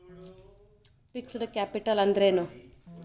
Fixed capital ಅಂದ್ರೇನು?